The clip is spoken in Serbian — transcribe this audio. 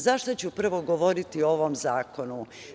Zašto ću prvo govoriti o ovom zakonu?